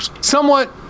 somewhat